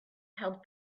held